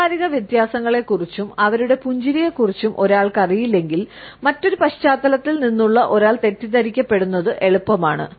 സാംസ്കാരിക വ്യത്യാസങ്ങളെക്കുറിച്ചും അവരുടെ പുഞ്ചിരിയെക്കുറിച്ചും ഒരാൾക്ക് അറിയില്ലെങ്കിൽ മറ്റൊരു പശ്ചാത്തലത്തിൽ നിന്നുള്ള ഒരാൾ തെറ്റിദ്ധരിക്കപ്പെടുന്നത് എളുപ്പമാണ്